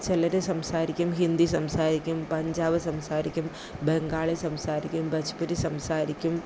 ചിലർ സംസാരിക്കും ഹിന്ദി സംസാരിക്കും പഞ്ചാബ് സംസാരിക്കും ബംഗാളി സംസാരിക്കും ബജ്പിരി സംസാരിക്കും